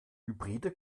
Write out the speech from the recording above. hybride